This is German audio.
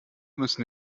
müssen